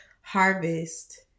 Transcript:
harvest